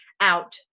out